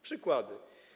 Przykłady.